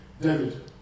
David